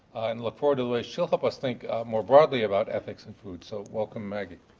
and look forward to the way she'll help us think more broadly about ethics and food. so welcome maggie.